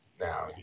now